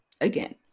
again